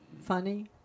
Funny